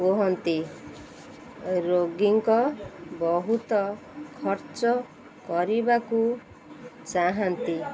କୁହନ୍ତି ରୋଗୀଙ୍କ ବହୁତ ଖର୍ଚ୍ଚ କରିବାକୁ ଚାହାନ୍ତି